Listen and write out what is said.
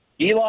Elon